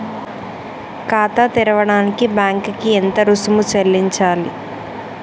ఖాతా తెరవడానికి బ్యాంక్ కి ఎంత రుసుము చెల్లించాలి?